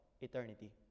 eternity